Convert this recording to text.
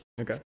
okay